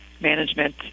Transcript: management